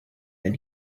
than